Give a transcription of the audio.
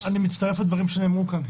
אני מצטרף לדברים שנאמרו כאן.